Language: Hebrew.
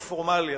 הפורמלי,